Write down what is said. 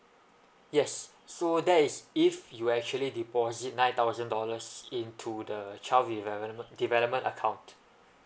yes so that is if you actually deposit nine thousand dollars into the child development development account